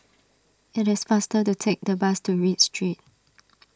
it is faster to take the bus to Read Street